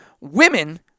women